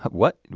what?